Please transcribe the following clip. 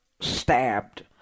stabbed